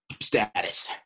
status